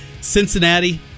Cincinnati